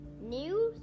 news